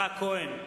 יצחק כהן,